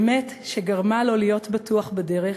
אמת שגרמה לו להיות בטוח בדרך,